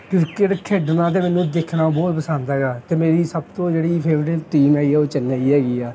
cricket ਖੇਡਣਾ ਅਤੇ ਮੈਨੂੰ ਦੇਖਣਾ ਬਹੁਤ ਪਸੰਦ ਹੈਗਾ ਅਤੇ ਮੇਰੀ ਸਭ ਤੋਂ ਜਿਹੜੀ ਫੇਵਰੇਟ ਟੀਮ ਹੈਗੀ ਹੈ ਉਹ ਚੇਨੱਈ ਹੈਗੀ ਆ